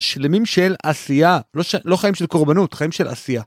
שלמים של עשייה לא חיים של קורבנות ,חיים של עשייה.